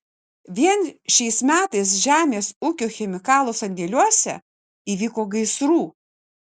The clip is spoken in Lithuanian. vien šiais metais žemės ūkio chemikalų sandėliuose įvyko gaisrų